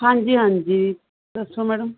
ਹਾਂਜੀ ਹਾਂਜੀ ਦੱਸੋ ਮੈਡਮ